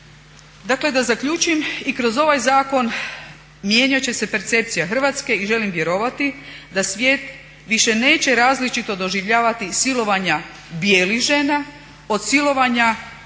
Dakle da zaključim i kroz ovaj zakon mijenjati će se percepcija Hrvatske i želim vjerovati da svijet više neće različito doživljavati silovanja bijelih žena od silovanja